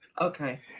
Okay